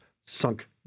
sunk